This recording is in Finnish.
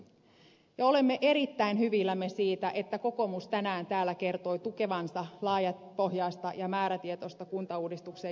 ja olemme erittäin hyvillämme siitä että kokoomus tänään täällä kertoi tukevansa laajapohjaista ja määrätietoista kuntauudistuksen jatkamista